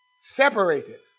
separated